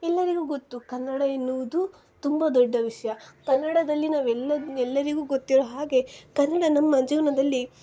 ಎಲ್ಲರಿಗೂ ಗೊತ್ತು ಕನ್ನಡ ಎನ್ನುವುದು ತುಂಬ ದೊಡ್ಡ ವಿಷಯ ಕನ್ನಡದಲ್ಲಿ ನಾವು ಎಲ್ಲದ್ ಎಲ್ಲರಿಗೂ ಗೊತ್ತಿರೋ ಹಾಗೆ ಕನ್ನಡ ನಮ್ಮ ಜೀವನದಲ್ಲಿ